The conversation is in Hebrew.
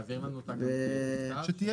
אני לא יודע,